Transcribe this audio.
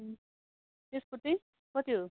अँ त्यसको चाहिँ कति हो